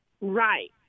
Right